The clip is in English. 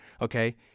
okay